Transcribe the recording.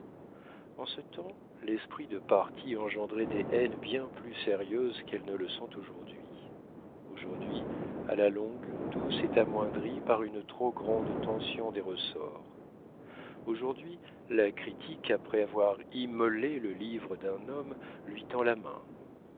en ce temps l'esprit de parti engendrait des haines bien plus sérieuses qu'elles ne le sont aujourd'hui aujourd'hui à la longue tout s'est amoindri par une trop grande tension des ressorts aujourd'hui la critique après avoir immolé le livre d'un homme lui tend la main